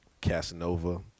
Casanova